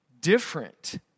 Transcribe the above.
different